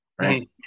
right